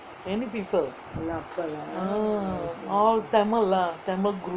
many people ah all tamil lah tamil group